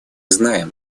знаем